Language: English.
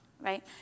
right